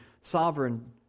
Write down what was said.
sovereign